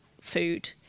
food